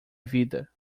vida